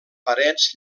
parets